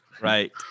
Right